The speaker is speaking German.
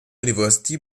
university